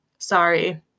Sorry